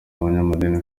abanyamadini